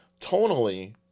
tonally